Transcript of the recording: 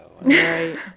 Right